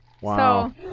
Wow